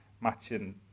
matching